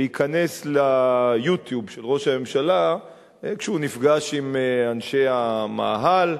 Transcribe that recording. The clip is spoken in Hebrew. להיכנס ל-YouTube של ראש הממשלה כשהוא נפגש עם אנשי המאהל,